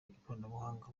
ikoranabuhanga